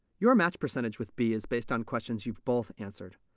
your match percentage with b is based on questions you've both answered.